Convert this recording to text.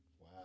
Wow